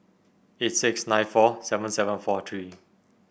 eight six nine four seven seven four three